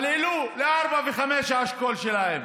אבל העלו את האשכול שלהם